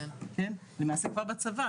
למעשה כבר בצבא,